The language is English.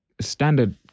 standard